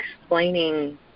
explaining